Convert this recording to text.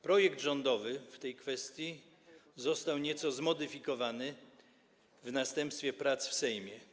Projekt rządowy w tej kwestii został nieco zmodyfikowany w następstwie prac w Sejmie.